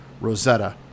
Rosetta